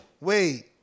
wait